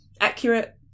Accurate